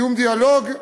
בקיום דיאלוג,